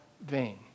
vain